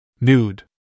Nude